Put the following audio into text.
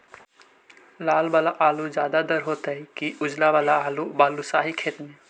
लाल वाला आलू ज्यादा दर होतै कि उजला वाला आलू बालुसाही खेत में?